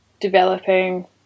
developing